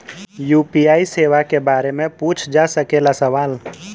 UPI सेवा के बारे में पूछ जा सकेला सवाल?